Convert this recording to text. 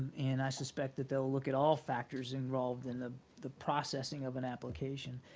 and i suspect that they'll look at all factors involved in the the processing of an application.